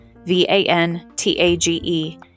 V-A-N-T-A-G-E